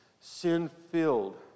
sin-filled